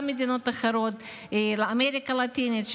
גם מדינות אחרות אמריקה לטינית,